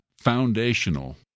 foundational